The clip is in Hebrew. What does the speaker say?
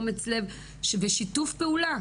אומץ לב ושיתוף פעולה.